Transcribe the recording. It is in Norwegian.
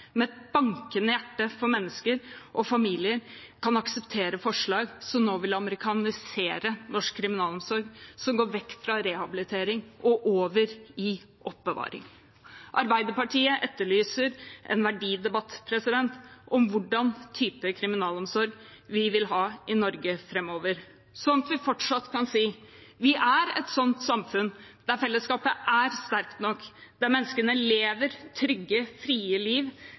med et bankende hjerte for mennesker og familier, kan akseptere forslag som nå vil amerikanisere norsk kriminalomsorg, som går vekk fra rehabilitering og over i oppbevaring. Arbeiderpartiet etterlyser en verdidebatt om hvilken type kriminalomsorg vi vil ha i Norge framover – slik at vi fortsatt kan si at vi er et samfunn der fellesskapet er sterkt, der menneskene lever trygge og frie liv,